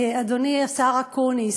אדוני השר אקוניס,